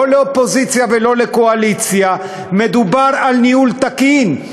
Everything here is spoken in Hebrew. לא לאופוזיציה ולא לקואליציה; מדובר על ניהול תקין,